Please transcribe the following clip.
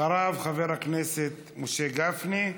אחריו, חבר הכנסת משה גפני,